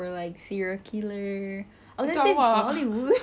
itu awak everything that you have been saying the genre it's you